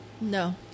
No